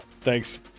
Thanks